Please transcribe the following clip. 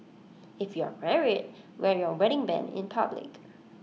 if you're married wear your wedding Band in public